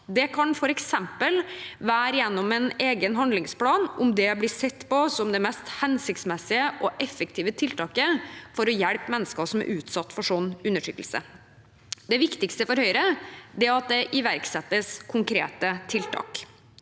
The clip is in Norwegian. Det kan f.eks. være gjennom en egen handlingsplan, om det blir sett på som det mest hensiktsmessige og effektive tiltaket for å hjelpe mennesker som er utsatt for sånn undertrykkelse. Det viktigste for Høyre er at det iverksettes konkrete tiltak.